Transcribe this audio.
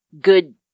good